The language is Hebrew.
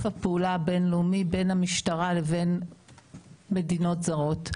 הפעולה הבין לאומי בין המשטרה לבין מדינות זרות.